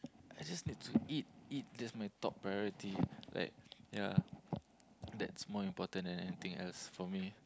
I just need to eat eat that's my top priority like ya that's more important than any thing else for me